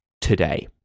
today